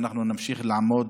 ואנחנו נמשיך לעמוד